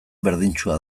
berdintsua